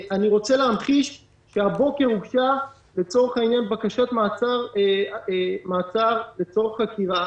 אני רוצה להמחיש שהבוקר הוגשה בקשת מעצר לצורך חקירה